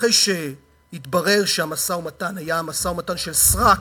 אחרי שהתברר שהמשא-ומתן היה משא-ומתן של סרק: